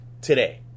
today